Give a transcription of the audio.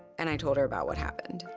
and i told her about what happened.